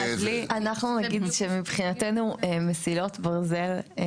אנחנו נגיד שמבחינתנו מסילות ברזל,